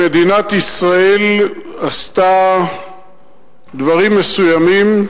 מדינת ישראל עשתה דברים מסוימים.